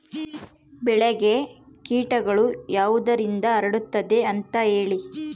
ಬೆಳೆಗೆ ಕೇಟಗಳು ಯಾವುದರಿಂದ ಹರಡುತ್ತದೆ ಅಂತಾ ಹೇಳಿ?